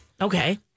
Okay